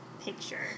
picture